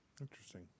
Interesting